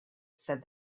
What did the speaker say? said